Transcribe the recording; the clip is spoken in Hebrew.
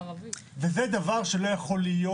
וזה דבר שלא יכול להיות.